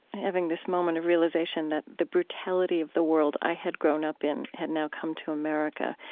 having this moment of realization that the brutality of the world i had grown up in had now come to america.